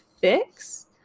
fix